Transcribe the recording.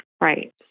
Right